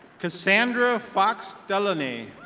cassandra fox delaney.